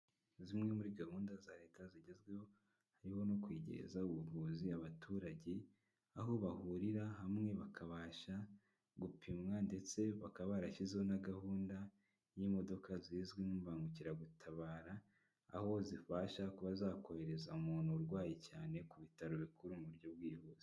Zimwe muri gahunda za leta zigezweho, hariho no kwegereza ubuvuzi abaturage, aho bahurira hamwe bakabasha gupimwa ndetse bakaba barashyiho na gahunda y'imodoka zizwi nk'imbangukiragutabara, aho zibasha kuba zakohereza umuntu urwaye cyane ku bitaro bikuru mu buryo bwihuse.